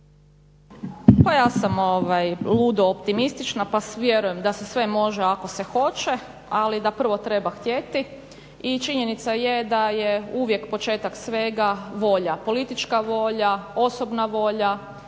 Pa ja sam ludo optimistična pa vjerujem da se sve može ako se hoće, ali da prvo treba htjeti. I činjenica je da je uvijek početak svega volja, politička volja, osobna volja,